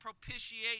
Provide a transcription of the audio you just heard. propitiate